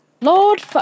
Lord